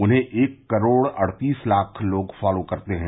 उन्हें एक करोड़ अड्तीास लाख लोग फॉलो करते हैं